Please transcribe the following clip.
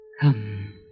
Come